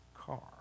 car